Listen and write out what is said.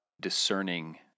discerning